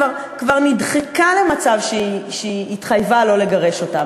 כבר נדחקה למצב שהיא התחייבה לא לגרש אותם,